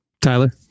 Tyler